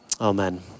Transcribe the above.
Amen